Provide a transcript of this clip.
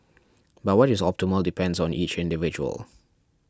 but what is optimal depends on each individual